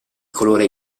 colore